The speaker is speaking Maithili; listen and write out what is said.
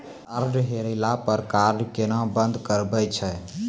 कार्ड हेरैला पर कार्ड केना बंद करबै छै?